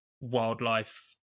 wildlife